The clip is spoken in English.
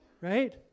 right